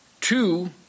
two